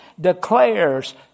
declares